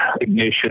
ignition